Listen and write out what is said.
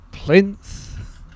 Plinth